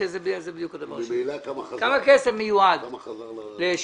וממילא כמה חזר לאוצר.